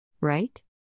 Right